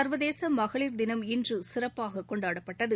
சர்வதேச மகளிர் தினம் இன்று சிறப்பாக கொண்டாடப்பட்டது